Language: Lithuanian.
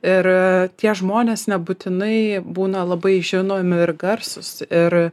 ir tie žmonės nebūtinai būna labai žinomi ir garsūs ir